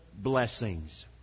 blessings